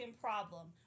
problem